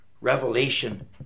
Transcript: revelation